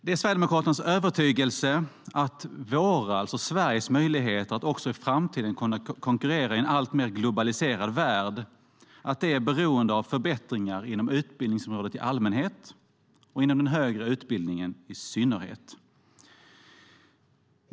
Det är Sverigedemokraternas övertygelse att Sveriges möjligheter att också i framtiden konkurrera i en alltmer globaliserad värld är beroende av förbättringar inom utbildningsområdet i allmänhet och inom den högre utbildningen i synnerhet.